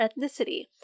ethnicity